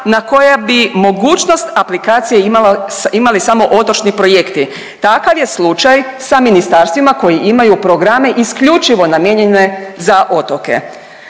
na koja bi mogućnost aplikacije imala, imali samo otočni projekti. Takav je slučaj sa ministarstvima koji imaju programe isključivo namijenjene za otoke.